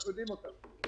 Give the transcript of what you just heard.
אנחנו יודעים אותם.